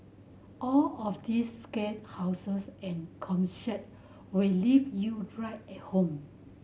all of these scare houses and concept will leave you right at home